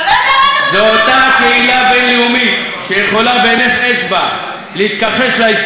זו אותה קהילה בין-לאומית שיכולה בהינף אצבע להתכחש להיסטוריה,